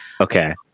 Okay